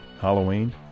halloween